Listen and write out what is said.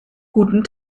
guten